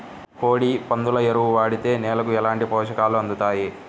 కోడి, పందుల ఎరువు వాడితే నేలకు ఎలాంటి పోషకాలు అందుతాయి